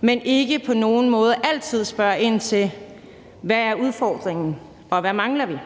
men ikke på nogen måde altid spørger ind til, hvad udfordringen er, og hvad vi mangler.